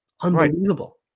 Unbelievable